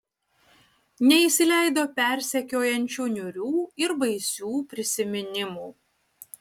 neįsileido persekiojančių niūrių ir baisių prisiminimų